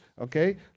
Okay